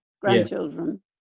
grandchildren